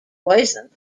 poisoned